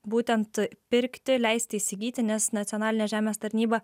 būtent pirkti leisti įsigyti nes nacionalinė žemės tarnyba